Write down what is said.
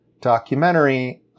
documentary